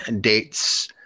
dates